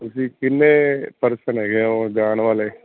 ਤੁਸੀਂ ਕਿੰਨੇ ਪਰਸਨ ਹੈਗੇ ਹੋ ਜਾਣ ਵਾਲੇ